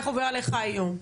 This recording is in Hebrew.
איך עובר עליך היום,